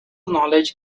knowledge